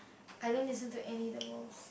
I don't listen to any the most